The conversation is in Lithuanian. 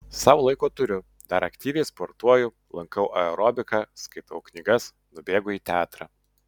sau laiko turiu dar aktyviai sportuoju lankau aerobiką skaitau knygas nubėgu į teatrą